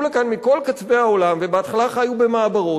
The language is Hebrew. לכאן מכל קצווי העולם ובהתחלה חיו במעברות,